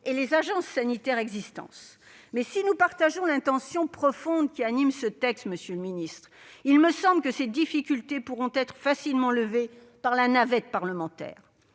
et les agences sanitaires existantes. Toutefois, si nous partageons l'intention profonde qui anime ce texte, monsieur le secrétaire d'État, il me semble que ces difficultés pourront être facilement levées par la navette parlementaire.